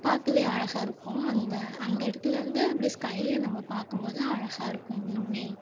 பார்க்கவே அழகாக இருக்கும் அந்த அந்த இடத்துலேந்து அப்படியே ஸ்கையே நம்ம பார்க்கும்போது அழகாக இருக்கும் இன்னமுமே